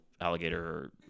alligator